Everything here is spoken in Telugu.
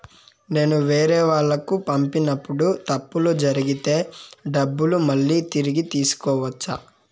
నేను వేరేవాళ్లకు పంపినప్పుడు తప్పులు జరిగితే డబ్బులు మళ్ళీ తిరిగి తీసుకోవచ్చా?